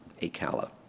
Acala